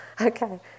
Okay